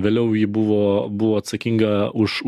vėliau ji buvo buvo atsakinga už